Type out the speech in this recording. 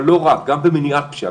אבל לא רק גם במניעת פשיעה,